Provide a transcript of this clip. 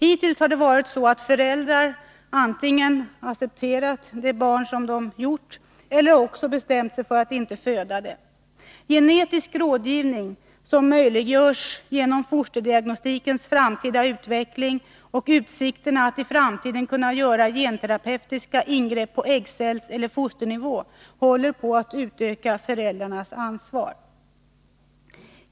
Hittills har det varit så att föräldrar antingen accepterat det barn de gjort eller också bestämt att inte föda det. Genetisk rådgivning, som möjliggörs genom fosterdiagnostikens framtida utveckling, och utsikterna att i framtiden kunna göra genterapeutiska ingrepp på äggcellseller fosternivå håller på att utöka föräldrarnas ansvar.